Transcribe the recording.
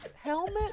helmet